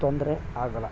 ತೊಂದರೆ ಆಗಲ್ಲ